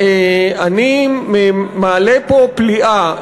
אני מעלה פה פליאה,